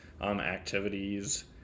activities